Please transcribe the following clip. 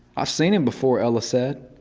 ah seen him before, ella said.